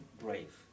brave